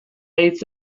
hitz